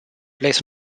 plays